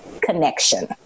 connection